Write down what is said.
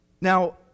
Now